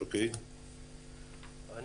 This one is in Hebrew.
אני